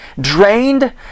drained